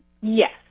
Yes